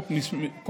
אדוני היושב-ראש,